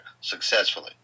successfully